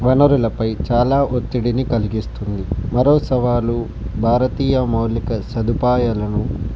వనరులపై చాలా ఒత్తిడిని కలిగిస్తుంది మరో సవాలు భారతీయ మౌలిక భారతీయ మౌలిక సదుపాయాలను